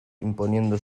imponiendo